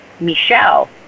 michelle